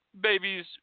Babies